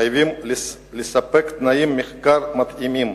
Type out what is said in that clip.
חייבים לספק תנאי מחקר מתאימים,